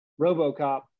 RoboCop